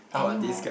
anymore